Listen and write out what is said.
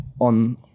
on